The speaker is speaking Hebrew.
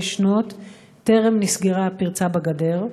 טרם נסגרה הפרצה בגדר?